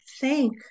thank